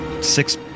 six